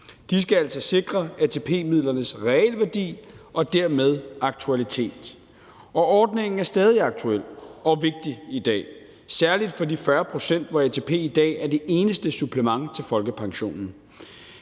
De skal altså sikre ATP-midlernes realværdi og dermed aktualitet. Og ordningen er stadig aktuel og vigtig i dag, særlig for de 40 pct., hvor ATP er det eneste supplement til folkepensionen.